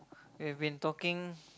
we've been talking